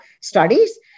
studies